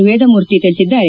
ವೇದಮೂರ್ತಿ ತಿಳಿಸಿದ್ದಾರೆ